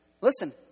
Listen